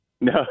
No